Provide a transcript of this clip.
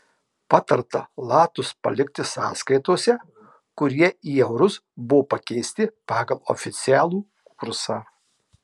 patarta latus palikti sąskaitose kur jie į eurus buvo pakeisti pagal oficialų kursą